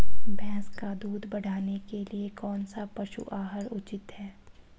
भैंस का दूध बढ़ाने के लिए कौनसा पशु आहार उचित है?